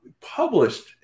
published